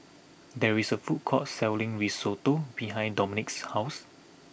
there is a food court selling Risotto behind Dominic's house